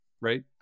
right